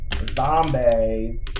zombies